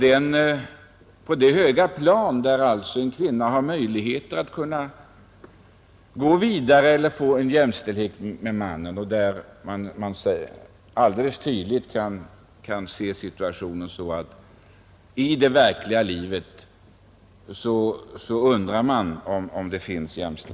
Men detta räcker inte för att till närmelsevis tillfredsställa jämlikhetstanken.